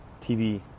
TV